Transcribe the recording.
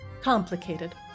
complicated